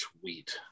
Sweet